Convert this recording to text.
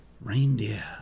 reindeer